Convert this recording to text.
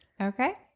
Okay